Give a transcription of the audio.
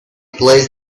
placed